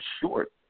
short